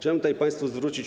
Chciałem zwrócić